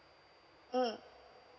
mm